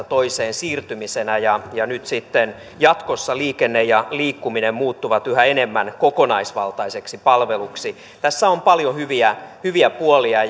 toiseen siirtymisenä ja ja nyt sitten jatkossa liikenne ja liikkuminen muuttuvat yhä enemmän kokonaisvaltaiseksi palveluksi tässä on paljon hyviä hyviä puolia